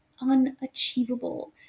unachievable